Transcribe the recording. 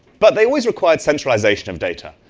but they always required centralization of data.